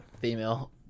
Female